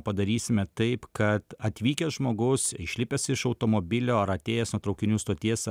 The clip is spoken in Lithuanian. padarysime taip kad atvykęs žmogus išlipęs iš automobilio ar atėjęs nuo traukinių stoties